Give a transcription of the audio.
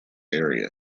area